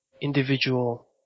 individual